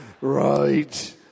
Right